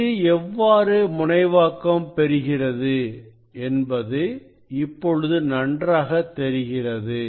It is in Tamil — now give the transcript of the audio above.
இது எவ்வாறு முனைவாக்கம் பெறுகிறது என்பது இப்பொழுது நன்றாக தெரிகிறது